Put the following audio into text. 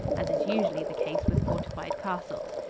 as is usually the case with fortified castles.